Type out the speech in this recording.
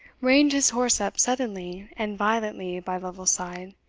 reined his horse up suddenly and violently by lovel's side,